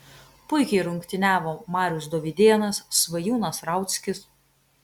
puikiai rungtyniavo marius dovydėnas svajūnas rauckis